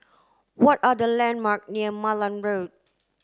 what are the landmark near Malan Road